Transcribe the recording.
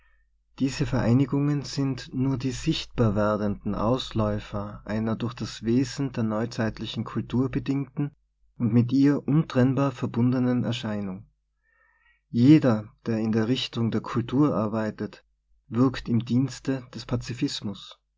diese vereinigungen sind nur die sichtbar werdenden ausläufer einer durch das wesen der neuzeitlichen kultur be dingten und mit ihr untrennbar verbundenen er scheinung jeder der in der richtung der kultur arbeitet wirkt im dienste des pazifismus